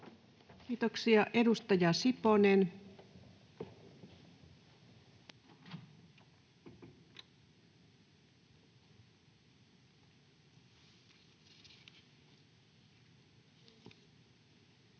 Kiitoksia. — Edustaja Siponen. [Speech